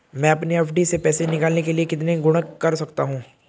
मैं अपनी एफ.डी से पैसे निकालने के लिए कितने गुणक कर सकता हूँ?